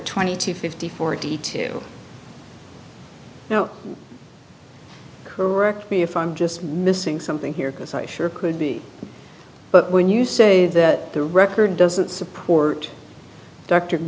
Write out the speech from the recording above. twenty two fifty forty two now correct me if i'm just missing something here because i sure could be but when you say that the record doesn't support dr